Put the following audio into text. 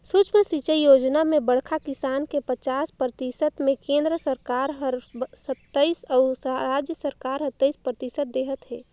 सुक्ष्म सिंचई योजना म बड़खा किसान के पचास परतिसत मे केन्द्र सरकार हर सत्तइस अउ राज सरकार हर तेइस परतिसत देहत है